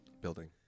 building